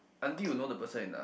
until you know the person enough